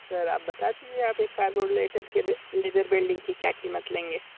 sir आप बता दीजिए आप एक कार्बोलेटर के लिए लेज़र वेल्डिंग की क्या कीमत लेंगे